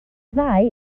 ddau